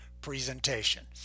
presentation